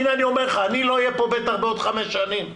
אני לא אהיה פה בעוד חמש שנים,